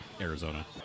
arizona